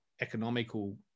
economical